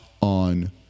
on